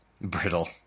Brittle